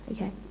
Okay